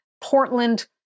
Portland